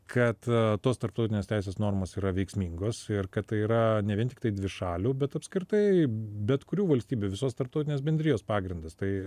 kad tos tarptautinės teisės normos yra veiksmingos ir kad tai yra ne vien tiktai dvišalių bet apskritai bet kurių valstybių visos tarptautinės bendrijos pagrindas tai